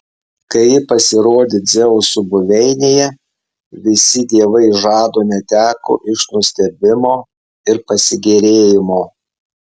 kai ji pasirodė dzeuso buveinėje visi dievai žado neteko iš nustebimo ir pasigėrėjimo